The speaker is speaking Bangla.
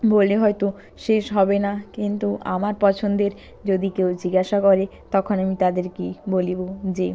বলে হয়তো শেষ হবে না কিন্তু আমার পছন্দের যদি কেউ জিজ্ঞাসা করে তখন আমি তাদেরকেই বলিবো যে